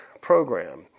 program